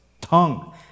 tongue